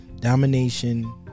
Domination